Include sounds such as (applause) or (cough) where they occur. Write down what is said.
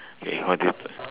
eh what did you (noise)